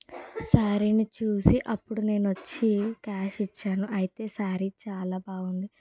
శారీ ని చూసి అప్పుడు నేను వచ్చి క్యాష్ ఇచ్చాను అయితే శారీ చాలా బాగుంది